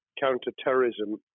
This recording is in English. counter-terrorism